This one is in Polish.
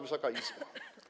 Wysoka Izbo!